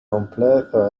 completo